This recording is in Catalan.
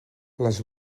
les